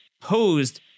posed